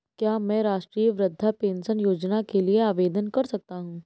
क्या मैं राष्ट्रीय वृद्धावस्था पेंशन योजना के लिए आवेदन कर सकता हूँ?